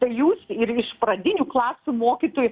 tai jūs ir iš pradinių klasių mokytojų